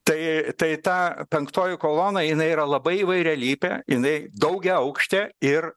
tai tai ta penktoji kolona jinai yra labai įvairialypė jinai daugiaaukštė ir